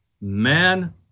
man